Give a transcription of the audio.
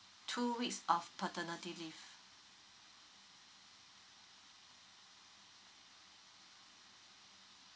two weeks of paternity leave